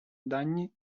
дані